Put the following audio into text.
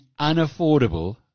unaffordable